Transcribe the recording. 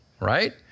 right